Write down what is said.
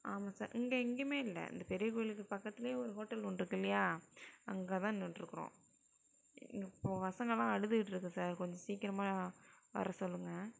ஆமாம் சார் இங்கே எங்கேயுமே இல்லை அந்த பெரிய கோயிலுக்கு பக்கத்துலயே ஒரு ஹோட்டல் ஒன்று இருக்கு இல்லையா அங்கே தான் நின்றுட்ருக்குறோம் இப்போ பசங்கலாம் அழுதுகிட்டுருக்கு சார் கொஞ்சம் சீக்கிரமாக வர சொல்லுங்கள்